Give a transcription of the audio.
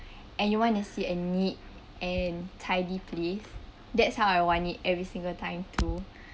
and you want to see a neat and tidy place that's how I want it every single time to